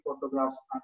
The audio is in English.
photographs